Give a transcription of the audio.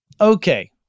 Okay